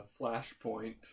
Flashpoint